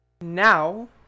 now